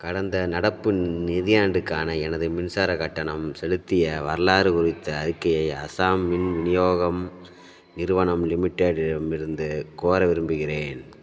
கடந்த நடப்பு நிதியாண்டுக்கான எனது மின்சாரக் கட்டணம் செலுத்திய வரலாறு குறித்த அறிக்கையை அசாம் மின் விநியோகம் நிறுவனம் லிமிடெட் இடமிருந்து கோர விரும்புகிறேன்